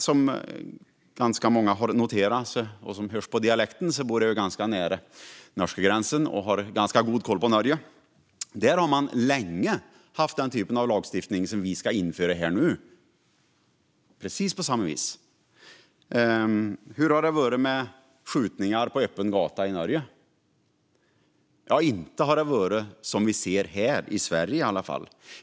Som många vet bor jag nära norska gränsen och har därför ganska god koll på Norge. Där har man länge haft den lagstiftning som vi nu ska införa. Hur har det varit med skjutningar på öppen gata i Norge? Ja, inte som här i Sverige i alla fall.